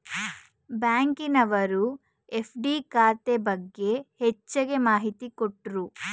ಬ್ಯಾಂಕಿನವರು ಎಫ್.ಡಿ ಖಾತೆ ಬಗ್ಗೆ ಹೆಚ್ಚಗೆ ಮಾಹಿತಿ ಕೊಟ್ರು